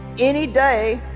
any day